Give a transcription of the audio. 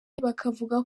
bakavuga